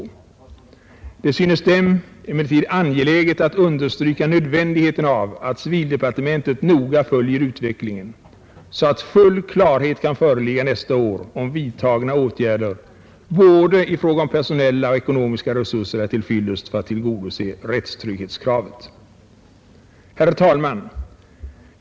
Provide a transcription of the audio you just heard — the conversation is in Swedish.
Det synes dem emellertid angeläget att understryka nödvändigheten av att civildepartementet noga följer utvecklingen, så att full klarhet kan föreligga nästa år om vidtagna åtgärder i fråga om personella och ekonomiska resurser är till fyllest för att tillgodose rättstrygghetskravet. Herr talman!